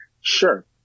Sure